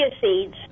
seeds